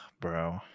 Bro